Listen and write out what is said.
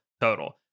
total